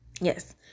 yes